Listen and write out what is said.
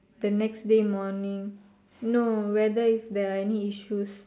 the next day morning no whether if there are any issues